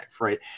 right